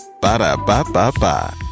Ba-da-ba-ba-ba